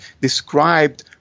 described